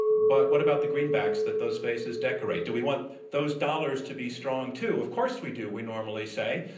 but what about the greenbacks that those faces decorate? do we want those dollars to be strong too? of course we do, we normally say.